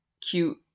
cute